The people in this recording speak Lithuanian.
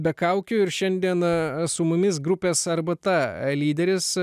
be kaukių ir šiandieną su mumis grupės arbata lyderis